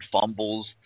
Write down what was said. fumbles